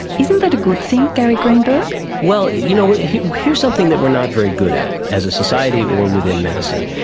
isn't that a good thing, gary greenberg? well, you know here's something that we are not very good at, as a society or within medicine,